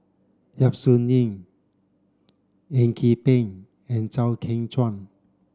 Yap Su Yin Eng Yee Peng and Chew Kheng Chuan